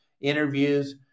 interviews